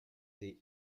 des